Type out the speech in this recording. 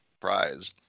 prize